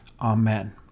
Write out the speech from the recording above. Amen